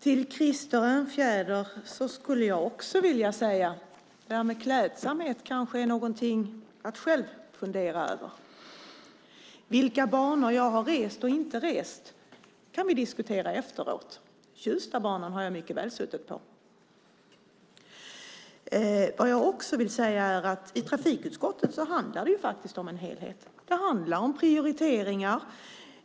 Till Krister Örnfjäder skulle jag vilja säga att det här med klädsamhet kanske är någonting att själv fundera över. Vi kan diskutera vilka banor jag har rest och inte rest efteråt. Tjustbanan har jag suttit på. I trafikutskottet handlar det om helheten. Det handlar om prioriteringar.